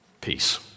Peace